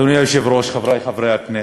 אדוני היושב-ראש, חברי חברי הכנסת,